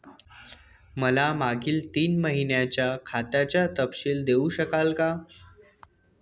मला मागील तीन महिन्यांचा खात्याचा तपशील देऊ शकाल का?